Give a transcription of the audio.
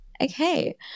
Okay